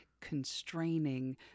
constraining